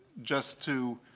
just to